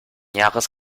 jahres